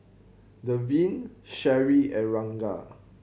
Deven Cherie and Ragna